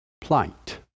plight